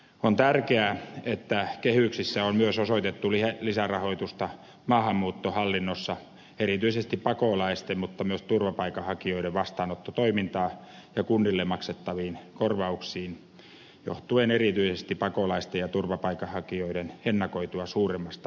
on tärkeää että kehyksissä on myös osoitettu lisärahoitusta maahanmuuttohallinnossa erityisesti pakolaisten mutta myös turvapaikanhakijoiden vastaanottotoimintaan ja kunnille maksettaviin korvauksiin johtuen erityisesti pakolaisten ja turvapaikanhakijoiden ennakoitua suuremmasta määrästä